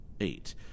eight